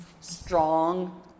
strong